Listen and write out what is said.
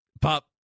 pop